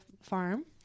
farm